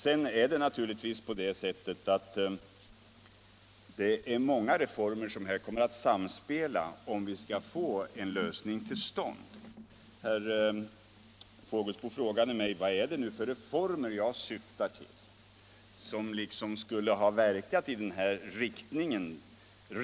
Det är naturligtvis många reformer som här kommer att samspela, om vi skall få en lösning till stånd. Herr Fågelsbo frågade mig vad det är för reformer jag syftar på som redan skulle ha verkat i den här riktningen.